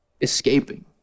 escaping